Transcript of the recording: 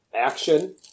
action